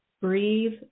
Breathe